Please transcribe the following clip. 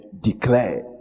declare